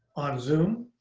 on zoom.